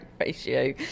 ratio